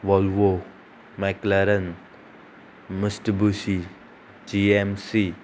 Volvo McLaren Mitsubishi G M C